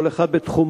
כל אחד בתחומו,